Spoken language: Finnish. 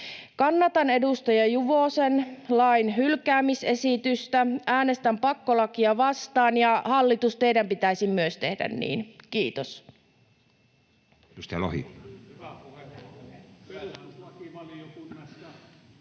Kannatan edustaja Juvosen lain hylkäämisesitystä. Äänestän pakkolakia vastaan, ja hallitus, teidän pitäisi myös tehdä niin. — Kiitos.